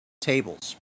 tables